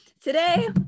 Today